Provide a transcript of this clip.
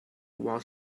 while